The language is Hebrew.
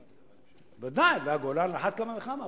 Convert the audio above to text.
הגולן, ודאי, והגולן על אחת כמה וכמה.